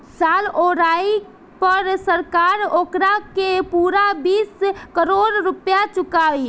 साल ओराये पर सरकार ओकारा के पूरा बीस करोड़ रुपइया चुकाई